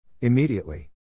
Immediately